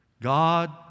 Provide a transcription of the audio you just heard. God